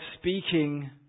speaking